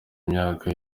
imyaka